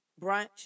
brunch